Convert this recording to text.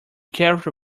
careful